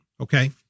Okay